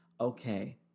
okay